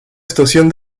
estación